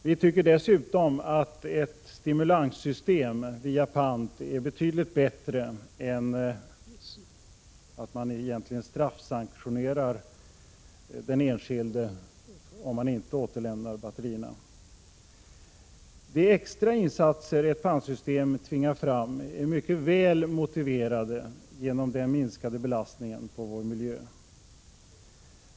Vi tycker dessutom att ett stimulanssystem via pant är betydligt bättre än att man — som det egentligen blir — straffsanktionerar den enskilde om han inte återlämnat batterierna. De extra insatser ett pantsystem tvingar fram är mycket väl motiverade genom den minskade belastningen på vår miljö.